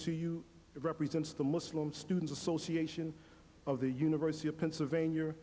to you represents the muslim students association of the university of pennsylvania